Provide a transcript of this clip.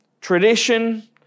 tradition